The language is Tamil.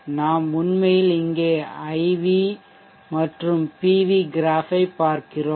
நாம் உண்மையில் இங்கே IV மற்றும் PV கிராஃப் ஐ பார்க்கிறோம்